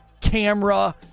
Camera